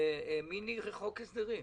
זה מיני חוק הסדרים.